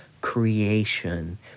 creation